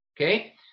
Okay